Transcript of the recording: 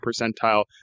percentile